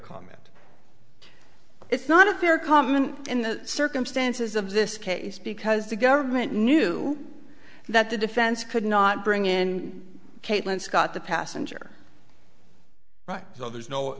comment it's not a fair comment in the circumstances of this case because the government knew that the defense could not bring in kaitlyn scott the passenger right so there's no